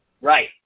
Right